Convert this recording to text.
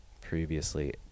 Previously